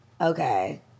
okay